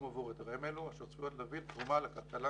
עבור היתרים אלה ואשר צפויות להביא תרומה לכלכלה